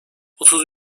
otuz